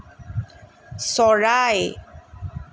চৰাই